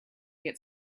get